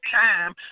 time